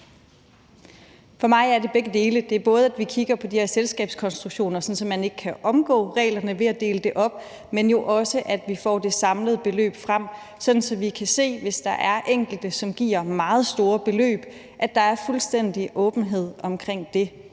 For mig er det begge dele. Det er både, at vi kigger på de her selskabskonstruktioner, sådan at man ikke kan omgå reglerne ved at dele det op, men jo også at vi får det samlede beløb frem, sådan at vi kan se det, hvis der er enkelte, som giver meget store beløb – altså at der er fuldstændig åbenhed omkring det.